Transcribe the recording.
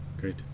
great